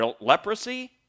leprosy